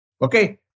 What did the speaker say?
Okay